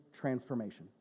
transformation